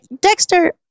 Dexter